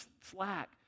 slack